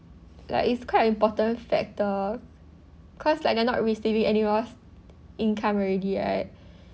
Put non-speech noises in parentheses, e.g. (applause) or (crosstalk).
like it's quite an important factor cause like they're not receiving any more income already right (breath)